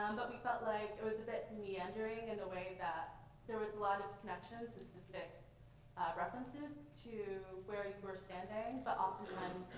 um but we felt like it was a bit meandering in a way that there was a lot of connections and specific references to where you were standing but oftentimes